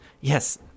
Yes